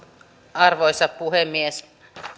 arvoisa puhemies